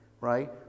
right